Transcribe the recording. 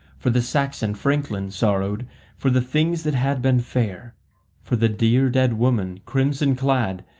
for the saxon franklin sorrowed for the things that had been fair for the dear dead woman, crimson-clad,